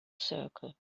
circle